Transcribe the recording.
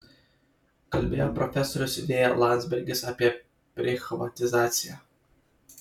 kalbėjo profesorius v landsbergis apie prichvatizaciją